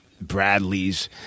Bradley's